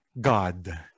God